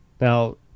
Now